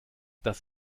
das